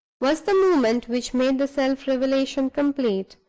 was the moment which made the self-revelation complete.